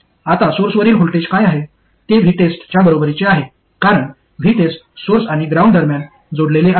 आता सोर्सवरील व्होल्टेज काय आहे ते VTEST च्या बरोबरीचे आहे कारण VTEST सोर्स आणि ग्राउंड दरम्यान जोडलेले आहे